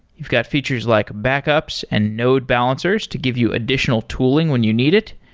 you've got features like backups and node balancers to give you additional tooling when you need it.